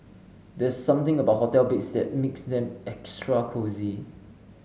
there's something about hotel beds that makes them extra cosy